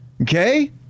Okay